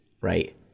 right